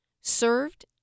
served